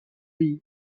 比特